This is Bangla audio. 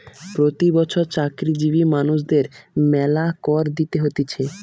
প্রতি বছর চাকরিজীবী মানুষদের মেলা কর দিতে হতিছে